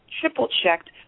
triple-checked